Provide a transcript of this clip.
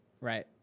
right